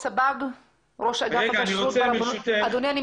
סלח לי אדוני.